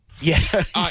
Yes